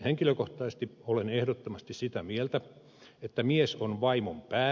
henkilökohtaisesti olen ehdottomasti sitä mieltä että mies on vaimon pää